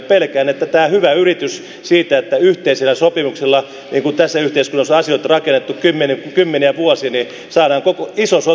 pelkään että tällä hyvällä yrityksellä siitä että on yhteinen sopimus niin kuin tässä yhteiskunnassa on asioita rakennettu kymmeniä vuosia saadaan iso sotku aikaan